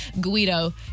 Guido